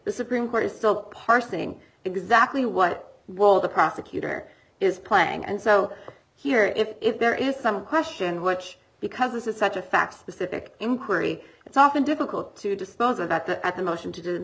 the supreme court is still parsing exactly what wall the prosecutor is playing and so here if there is some question which because this is such a fact specific inquiry it's often difficult to dispose of at the at the motion to